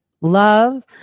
love